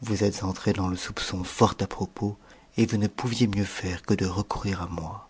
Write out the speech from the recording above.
vous êtes entré dans le soupçon fort à propos et vous ne pouviez mieux faire que de recourir à moi